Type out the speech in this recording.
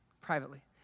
privately